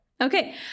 Okay